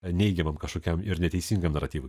neigiamam kažkokiam ir neteisingam naratyvui